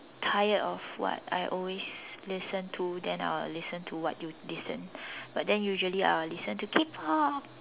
tired of what I always listen to then I will listen to what you listen but then usually I will listen to K-pop